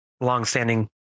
longstanding